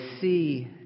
see